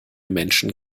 menschen